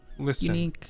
Listen